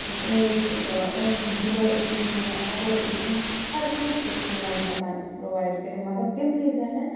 age ٲسِن below eighteen یا above eighteen ہرکٲنٛسہِ چھِ سُہ لون ہٮ۪کان أسۍ پرٛووایڈ کٔرِتھ مگر تِمنٕے زَنٮ۪ن